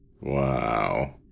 Wow